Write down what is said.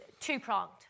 two-pronged